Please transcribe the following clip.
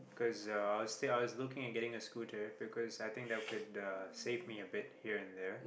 cause uh I was I was looking into getting a scooter because I think that could uh save me a bit here and there